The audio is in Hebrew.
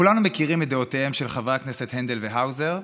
כולנו מכירים את דעותיהם של חברי הכנסת הנדל והאוזר,